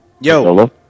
Yo